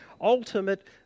ultimate